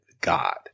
God